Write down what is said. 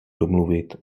domluvit